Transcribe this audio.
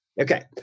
okay